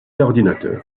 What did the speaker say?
l’ordinateur